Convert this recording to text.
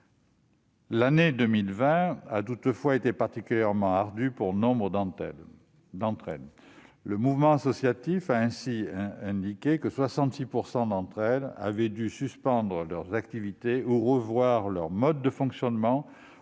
L'année 2020 a toutefois été particulièrement ardue pour nombre d'entre elles. Le Mouvement associatif a ainsi indiqué que 66 % des associations avaient dû suspendre leurs activités ou revoir leur mode de fonctionnement